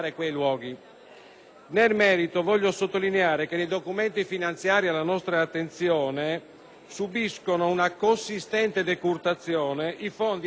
Nel merito voglio sottolineare che nei documenti finanziari alla nostra attenzione subiscono una consistente decurtazione i fondi assegnati